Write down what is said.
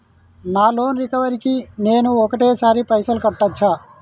నా loan recovery కి నేను ఒకటేసరి పైసల్ కట్టొచ్చా?